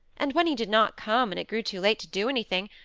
and when he did not come, and it grew too late to do anything,